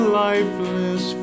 lifeless